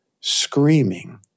screaming